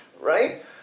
right